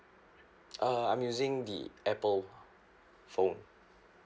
uh I'm using the apple phone